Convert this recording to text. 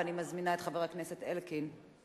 ואני מזמינה את חבר הכנסת אלקין,